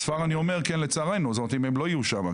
אני אומר ספר לצערנו, זאת אומרת אם הם לא יהיו שם.